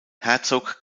herzog